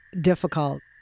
difficult